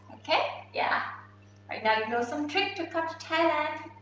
okay? yeah right now you know some trick to come to thailand.